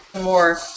more